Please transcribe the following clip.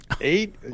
eight